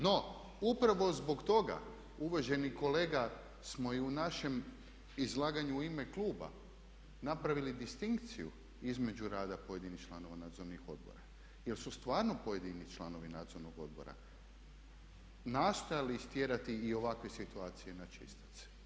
No upravo zbog toga, uvaženi kolega, smo i u našem izlaganju u ime kluba napravili distinkciju između rada pojedinih članova nadzornih odbora jer su stvarno pojedini članovi nadzornog odbora nastojali istjerati i ovakve situacije na čistac.